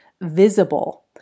visible